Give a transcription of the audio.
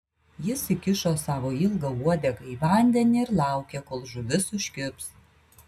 jis įkišo savo ilgą uodegą į vandenį ir laukė kol žuvis užkibs